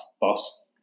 boss